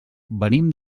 venim